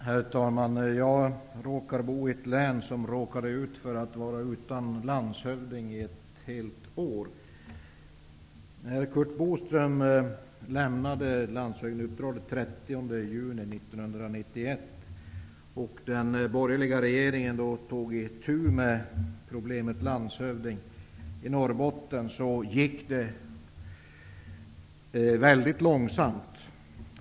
Herr talman! Jag råkar bo i ett län som var utan landshövding i ett helt år. Curt Boström lämnade landshövdingeuppdraget den 30 juni 1991. Den borgerliga regeringen tog då itu med problemet med en landshövding i Norrbotten. Det gick mycket långsamt.